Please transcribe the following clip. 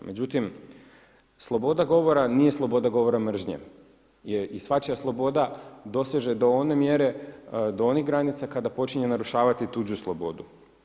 Međutim, sloboda govora nije sloboda govora mržnje i svačija sloboda doseže do one mjere, do onih granica kada počinje narušavati tuđu slobodu.